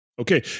Okay